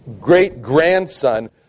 great-grandson